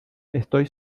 estoy